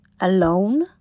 alone